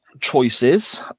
choices